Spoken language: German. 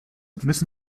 müssen